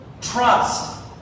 trust